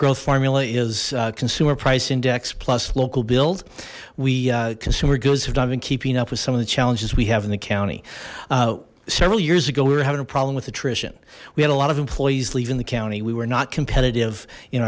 growth formula is consumer price index plus local build we consumer goods have not been keeping up with some of the challenges we have in the county several years ago we were having a problem with attrition we had a lot of employees leaving the county we were not competitive in